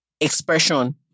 expression